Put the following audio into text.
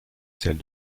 celle